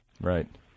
Right